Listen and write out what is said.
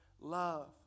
love